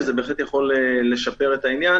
וזה בהחלט יכול לשפר את העניין.